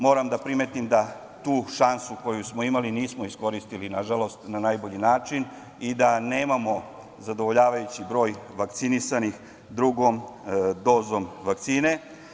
Moram da primetim da tu šansu koju smo imali nismo iskoristili, nažalost, na najbolji način i da nemamo zadovoljavajući broj vakcinisanih drugom dozom vakcine.